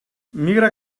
migra